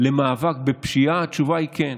למאבק בפשיעה, התשובה היא כן.